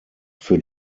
für